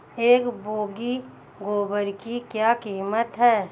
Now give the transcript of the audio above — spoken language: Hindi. एक बोगी गोबर की क्या कीमत है?